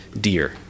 dear